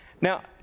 Now